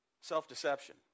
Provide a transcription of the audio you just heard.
Self-deception